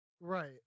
Right